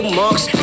marks